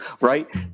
right